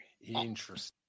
Interesting